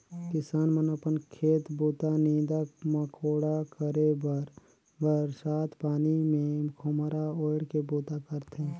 किसान मन अपन खेत बूता, नीदा मकोड़ा करे बर बरसत पानी मे खोम्हरा ओएढ़ के बूता करथे